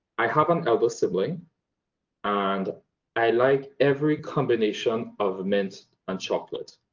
i have an elder sibling and i like every combination of mint and chocolate.